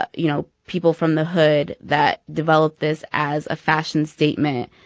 but you know, people from the hood that developed this as a fashion statement,